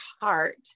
heart